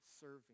serving